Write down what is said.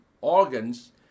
organs